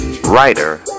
Writer